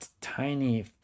tiny